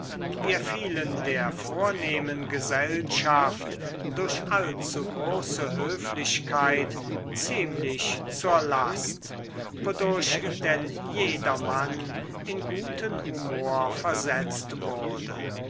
wir fielen der vornehmen gesellschaft durch allzu große höflichkeit ziemlich zur last wodurch denn jedermann in guten humor versetzt wurde